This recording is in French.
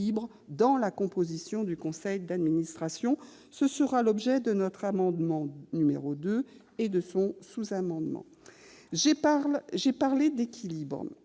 dans la composition du conseil d'administration. Ce sera l'objet de l'amendement n° 2 et de son sous-amendement. J'ai parlé « d'équilibre